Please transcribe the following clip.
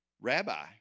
Rabbi